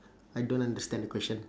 I don't understand the question